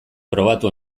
probatu